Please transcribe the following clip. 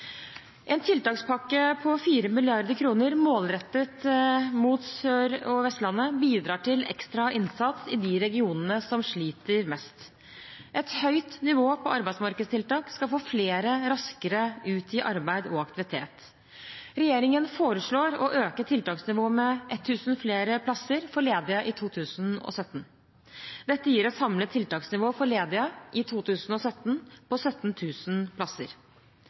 En tiltakspakke på 4 mrd. kr målrettet mot Sør- og Vestlandet bidrar til ekstra innsats i de regionene som sliter mest. Et høyt nivå på arbeidsmarkedstiltak skal få flere raskere ut i arbeid og aktivitet. Regjeringen foreslår å øke tiltaksnivået med 1 000 flere plasser for ledige i 2017. Dette gir et samlet tiltaksnivå for ledige i 2017 på 17 000 plasser.